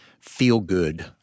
feel-good